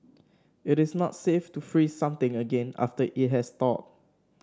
it is not safe to freeze something again after it has thawed